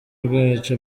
rwacu